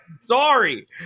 Sorry